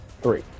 three